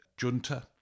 junta